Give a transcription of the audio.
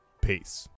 peace